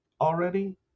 already